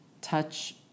touch